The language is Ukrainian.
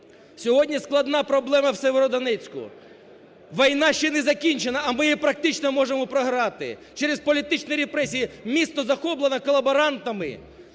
Сьогодні складна проблема в Сєвєродонецьку, війна ще не закінчена, а ми її практично можемо програти через політичні репресії, місто захоплено колоборантами,